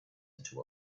into